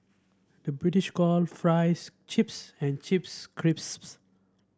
the British call fries chips and chips crisps